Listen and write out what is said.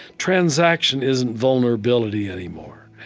transaction isn't vulnerability anymore,